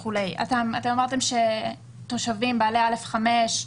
אמרתם שתושבים בעלי א5,